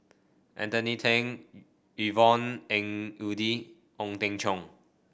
Anthony Then Yvonne Ng Uhde Ong Teng Cheong